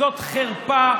זאת חרפה.